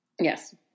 Yes